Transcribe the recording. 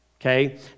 okay